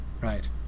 right